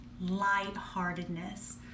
lightheartedness